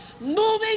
moving